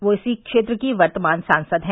वे इसी क्षेत्र की वर्तमान सांसद हैं